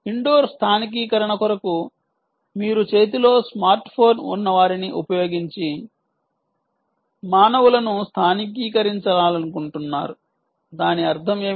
indoor స్థానికీకరణ కొరకు మీరు చేతిలో స్మార్ట్ ఫోన్ ఉన్నవారిని ఉపయోగించి మానవులను స్థానికీకరించాలనుకుంటున్నారు దాని అర్థం ఏమిటి